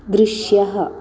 दृश्यः